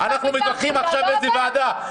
אנחנו מתווכחים עכשיו איזו ועדה,